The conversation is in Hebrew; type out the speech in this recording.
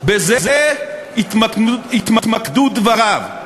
בזה התמקדו דבריו.